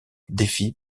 défis